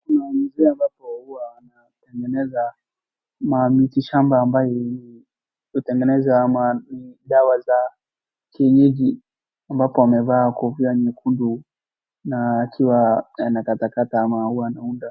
Kuna mzee ambapo huwa anatengeneza mamiti shamba ambaye kutengeneza dawa za kienyeji ambapo amevaa kofia nyekundu na akiwa anakatakata ama huwa anaunda.